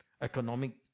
economic